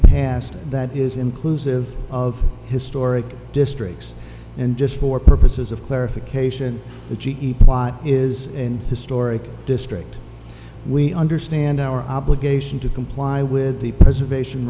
passed that is inclusive of historic districts and just for purposes of clarification the g e is in historic district we understand our obligation to comply with the preservation